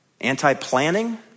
anti-planning